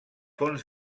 fons